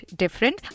different